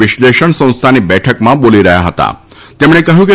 વિશ્લેષણ સંસ્થાની બેઠકમાં બોલી રહ્યા હતાતેમણે કહ્યું કે